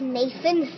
Nathan